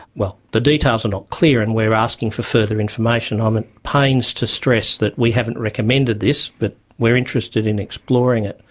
well, the details are not clear and we are asking for further information, i'm at pains to stress that we haven't recommended this, but we are interested in exploring it,